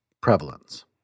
prevalence